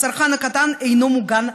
הצרכן הקטן אינו מוגן כלל.